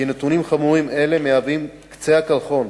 שנתונים חמורים אלה הם קצה הקרחון